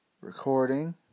recording